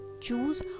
Choose